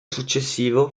successivo